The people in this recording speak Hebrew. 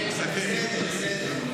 בסדר.